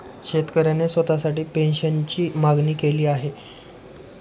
शेतकऱ्याने स्वतःसाठी पेन्शनची मागणी केली आहे